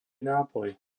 nápoj